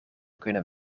kunnen